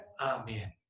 Amen